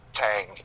tang